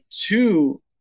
two